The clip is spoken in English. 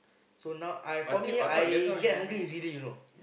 so now I for me I get hungry easily you know